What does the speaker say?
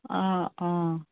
অঁ অঁ